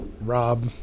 Rob